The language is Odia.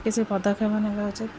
କିଛି ପଦକ୍ଷେପ ନେବା ଉଚିତ